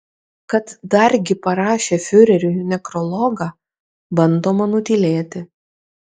kad dargi parašė fiureriui nekrologą bandoma nutylėti